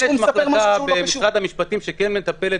יש מחלקה במשרד המשפטים שכן מטפלת